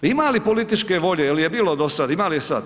Ima li političke volje, jel je bilo do sada, ima li je sad?